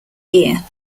year